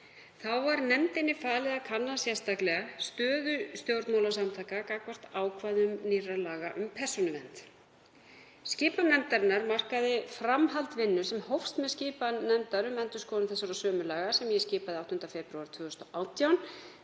Þá var nefndinni falið að kanna sérstaklega stöðu stjórnmálasamtaka gagnvart ákvæðum nýrra laga um persónuvernd. Skipan nefndarinnar markaði framhald vinnu sem hófst með skipan nefndar um endurskoðun þessara sömu laga sem ég skipaði 8. febrúar 2018.